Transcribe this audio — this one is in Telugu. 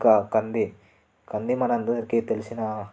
ఇంకా కంది కంది మనందరికీ తెలిసినా